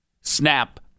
Snap